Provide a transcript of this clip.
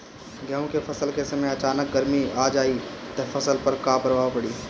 गेहुँ के फसल के समय अचानक गर्मी आ जाई त फसल पर का प्रभाव पड़ी?